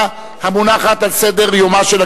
אני קובע שחוק המועצה הישראלית